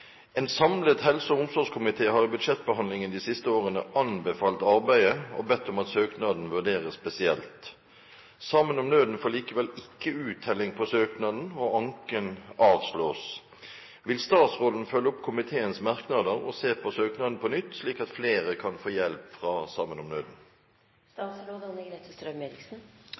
En samlet helse- og omsorgskomité har i budsjettbehandlingen de siste årene anbefalt arbeidet og bedt om at søknaden vurderes spesielt. SoN får likevel ikke uttelling på søknaden og anken avslås. Vil statsråden følge opp komiteens merknader og se på søknaden på nytt slik at flere kan få hjelp fra